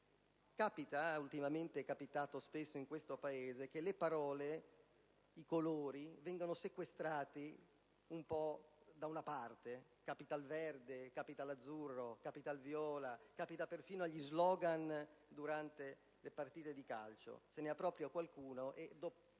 Capita ‑ ultimamente è capitato spesso in questo Paese ‑ che le parole e i colori vengano sequestrati un po' da una parte: capita al verde, all'azzurro, al viola e perfino agli *slogan* durante le partite di calcio.